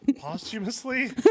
Posthumously